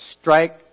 strike